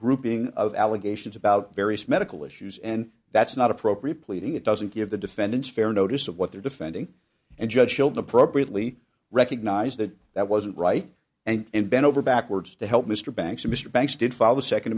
grouping of allegations about various medical issues and that's not appropriate pleading it doesn't give the defendant's fair notice of what they're defending and judge shield appropriately recognized that that wasn't right and bend over backwards to help mr banks or mr banks did file the second